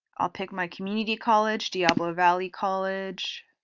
i'll pick my community college diablo valley college.